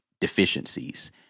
deficiencies